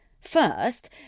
First